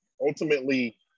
Ultimately